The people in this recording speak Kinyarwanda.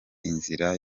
inzira